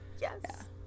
Yes